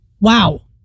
wow